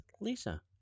Lisa